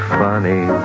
funny